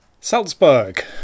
Salzburg